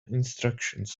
instructions